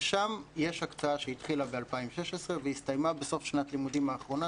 ששם יש הקצאה שהתחילה ב-2016 והסתיימה בסוף שנת הלימודים האחרונה,